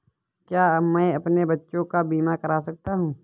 क्या मैं अपने बच्चों का बीमा करा सकता हूँ?